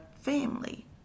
family